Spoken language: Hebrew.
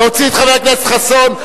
להוציא את חבר הכנסת חסון.